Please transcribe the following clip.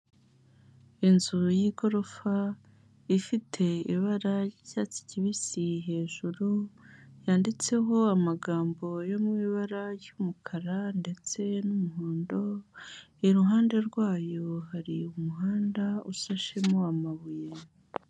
Inzu y'igorofa, ifite ibara ry'icyatsi kibisi hejuru, yanditseho amagambo yo mu ibara ry'umukara ndetse n'umuhondo, iruhande rwayo hari umuhanda usashemo amabuye.